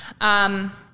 Um-